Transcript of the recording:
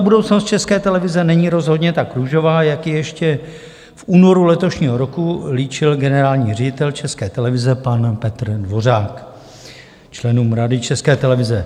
Budoucnost České televize není rozhodně tak růžová, jak ji ještě v únoru letošního roku líčil generální ředitel České televize pan Petr Dvořák členům Rady České televize.